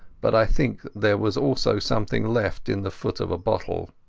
but i think there was also something left in the foot of a bottle.